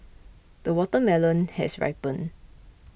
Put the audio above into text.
the watermelon has ripened